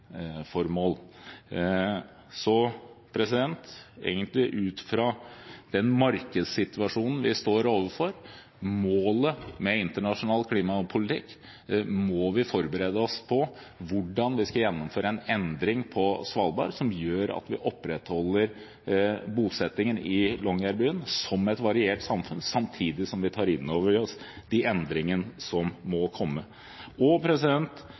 Ut fra den markedssituasjonen vi står overfor og målet med internasjonal klimapolitikk, må vi forberede oss på hvordan vi skal gjennomføre en endring på Svalbard som gjør at vi opprettholder bosettingen i Longyearbyen som et variert samfunn, samtidig som vi tar inn over oss de endringene som må komme. Store Norske, som har store eiendommer på Svalbard og